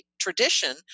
tradition